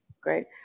Great